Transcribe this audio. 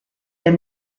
der